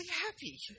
happy